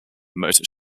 motor